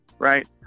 Right